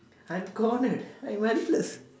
I'm cornered I went first